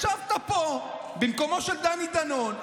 ישבת פה במקומו של דני דנון,